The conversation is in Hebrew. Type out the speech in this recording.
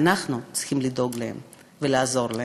ואנחנו צריכים לדאוג להם ולעזור להם.